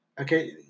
Okay